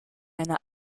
einer